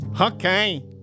Okay